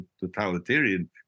totalitarian